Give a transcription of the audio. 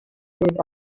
byd